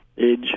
age